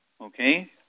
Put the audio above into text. Okay